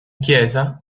chiesa